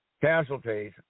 casualties